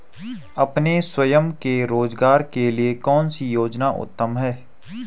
अपने स्वयं के रोज़गार के लिए कौनसी योजना उत्तम है?